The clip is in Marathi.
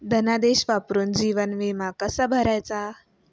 धनादेश वापरून जीवन विमा कसा भरायचा?